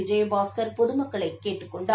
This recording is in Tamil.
விஜயபாஸ்கர் பொதுமக்களை கேட்டுக் கொண்டுள்ளார்